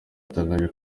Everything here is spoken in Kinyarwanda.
yatangaje